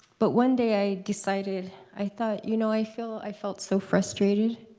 but one day i decided i thought you know i felt i felt so frustrated.